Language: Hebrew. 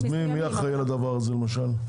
אז מי אחראי על הדבר הזה למשל?